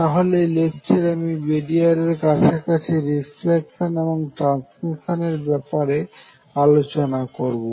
তাহলে এই লেকচারে আমি বেরিয়ারের কাছাকাছি রিফ্লেকশন এবং ট্রান্সমিশনের ব্যাপারে আলোচনা করবো